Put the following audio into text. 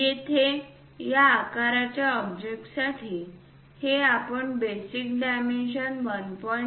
येथे या आकाराच्या ऑब्जेक्टसाठी हे आपण बेसिक डायमेन्शन 1